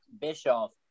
Bischoff